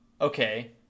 okay